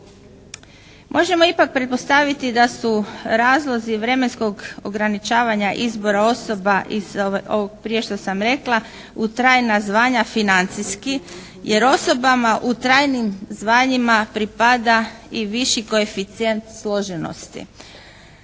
Možemo ipak pretpostaviti da su razlozi vremenskog ograničavanja izbora osoba iz ovog prije što sam rekla u trajna zvanja financijski. Jer osobama u trajnim zvanjima pripada i viši koeficijent složenosti.